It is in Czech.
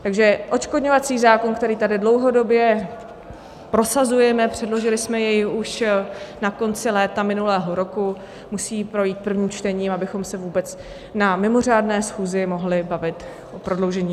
Takže odškodňovací zákon, který tady dlouhodobě prosazujeme předložili jsme jej už na konci léta minulého roku musí projít prvním čtením, abychom se vůbec na mimořádné schůzi mohli bavit o prodloužení nouzového stavu.